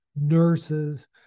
nurses